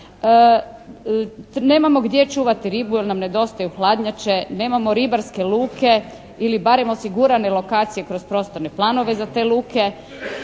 Nemamo gdje čuvati ribu jer nam nedostaju hladnjače. Nemao ribarske luke ili barem osigurane lokacije kroz prostorne planove za te luke.